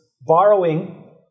borrowing